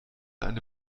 eine